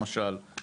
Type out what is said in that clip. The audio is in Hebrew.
למשל,